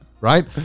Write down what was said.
right